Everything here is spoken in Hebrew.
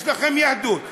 יש לכם יהדות,